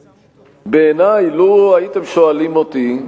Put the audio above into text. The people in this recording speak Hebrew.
בעיני, לו הייתם שואלים אותי,